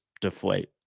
deflate